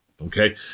okay